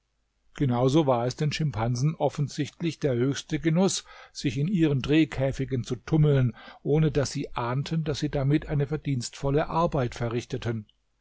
so war es den schimpansen offensichtlich der höchste genuß sich in ihren drehkäfigen zu tummeln ohne daß sie ahnten daß sie damit eine verdienstvolle arbeit verrichteten